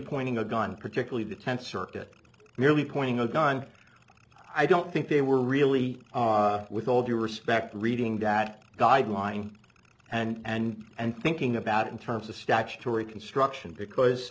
pointing a gun particularly the tenth circuit merely pointing a gun i don't think they were really with all due respect reading that guideline and and thinking about in terms of statutory construction because